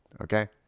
okay